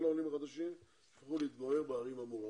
העולים החדשים שיבחרו להתגורר בערים המעורבות.